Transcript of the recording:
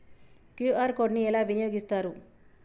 QR code ని ఎలా వినియోగిస్తారు?